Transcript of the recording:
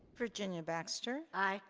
virginia baxter? aye.